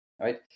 right